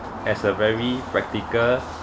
as a very practical